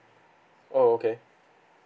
oh okay